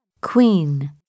queen